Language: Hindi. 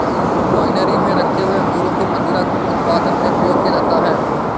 वाइनरी में रखे हुए अंगूरों को मदिरा उत्पादन में प्रयोग किया जाता है